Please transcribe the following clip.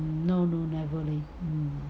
no no never ya